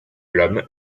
l’homme